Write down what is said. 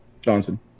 Johnson